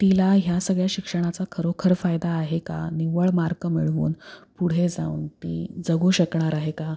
तिला ह्या सगळ्या शिक्षणाचा खरोखर फायदा आहे का निव्वळ मार्क मिळवून पुढे जाऊन ती जगू शकणार आहे का